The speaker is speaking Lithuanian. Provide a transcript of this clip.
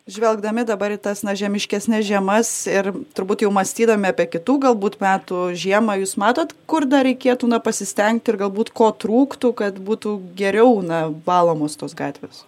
žvelgdami dabar į tas na žemiškesnes žiemas ir turbūt jau mąstydami apie kitų galbūt metų žiemą jūs matot kur dar reikėtų pasistengti ir galbūt ko trūktų kad būtų geriau na valomos tos gatvės